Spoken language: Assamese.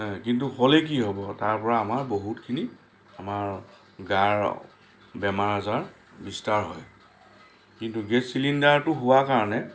কিন্তু হ'লে কি হ'ব তাৰপৰা আমাৰ বহুতখিনি আমাৰ গাৰ বেমাৰ আজাৰ বিস্তাৰ হয় কিন্তু গেছ চিলিণ্ডাৰটো হোৱাৰ কাৰণে